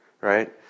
right